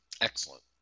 Excellent